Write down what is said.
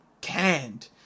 canned